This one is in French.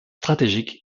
stratégique